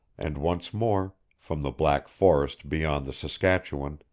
and once more, from the black forest beyond the saskatchewan,